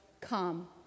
come